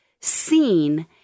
seen